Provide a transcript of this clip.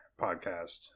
podcast